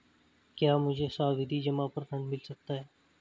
क्या मुझे सावधि जमा पर ऋण मिल सकता है?